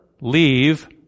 leave